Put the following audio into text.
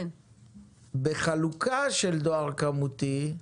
בחלוקה של דואר כמותי,